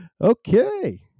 okay